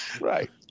Right